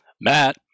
Matt